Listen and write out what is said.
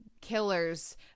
killers